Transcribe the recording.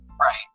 right